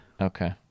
Okay